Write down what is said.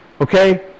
okay